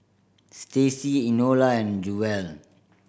Staci Enola and Jewell